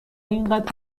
اینقدر